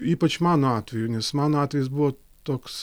ypač mano atveju nes mano atvejis buvo toks